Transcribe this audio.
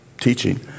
teaching